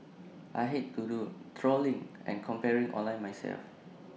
I hate to do the trawling and comparing online myself